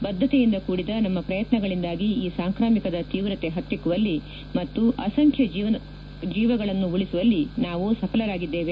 ಬದ್ದತೆಯಿಂದ ಕೂಡಿದ ನಮ್ನ ಶ್ರಯತ್ನಗಳಿಂದಾಗಿ ಈ ಸಾಂಕ್ರಾಮಿಕದ ತೀವ್ರತೆ ಹತ್ತಿಕ್ಕುವಲ್ಲಿ ಮತ್ತು ಅಸಂಖ್ಯ ಜೀವಗಳನ್ನು ಉಳಿಸುವಲ್ಲಿ ನಾವು ಸಫಲರಾಗಿದ್ಲೇವೆ